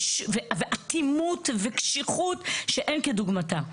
ואטימות וקשיחות שאין כדוגמתם.